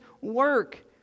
work